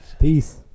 Peace